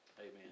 Amen